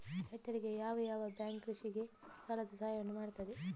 ರೈತರಿಗೆ ಯಾವ ಯಾವ ಬ್ಯಾಂಕ್ ಕೃಷಿಗೆ ಸಾಲದ ಸಹಾಯವನ್ನು ಮಾಡ್ತದೆ?